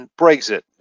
Brexit